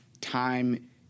time